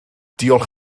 diolch